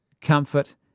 comfort